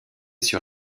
sur